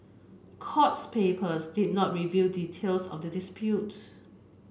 courts papers did not reveal details of the disputes